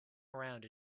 around